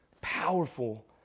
powerful